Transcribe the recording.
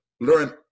learn